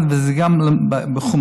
וזה גם בחומרה,